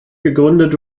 gegründet